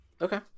Okay